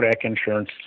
Insurance